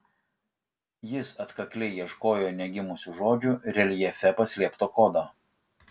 jis atkakliai ieškojo negimusių žodžių reljefe paslėpto kodo